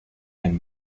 and